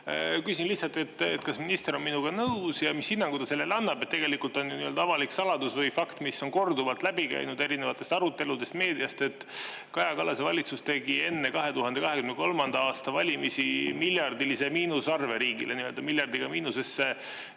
küsin lihtsalt, kas minister on minuga nõus ja mis hinnangu ta sellele annab, et tegelikult on ju avalik saladus või fakt, mis on korduvalt läbi käinud erinevatest aruteludest ja meediast, et Kaja Kallase valitsus tegi enne 2023. aasta valimisi miljardilise miinusarve riigile. Ta viis riigieelarve miljardiga miinusesse